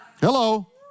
Hello